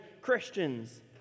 Christians